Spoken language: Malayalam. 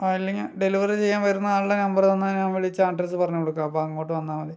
ആ അല്ലെങ്കിൽ ഡെലിവറി ചെയ്യാൻ വരുന്ന ആളുടെ നമ്പർ തന്നാൽ ഞാൻ വിളിച്ച അഡ്രസ്സ് പറഞ്ഞു കൊടുക്കാം അപ്പം അങ്ങോട്ട് വന്നാൽ മതി